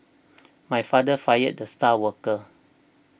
my father fired the star worker